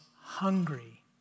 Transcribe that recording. hungry